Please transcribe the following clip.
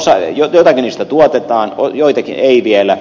joitakin niistä tuotetaan joitakin ei vielä